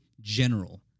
general